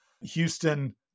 Houston